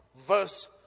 verse